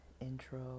intro